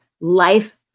life